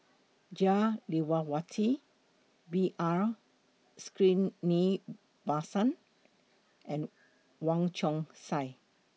Jah Lelawati B R Sreenivasan and Wong Chong Sai